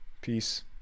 Peace